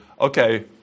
okay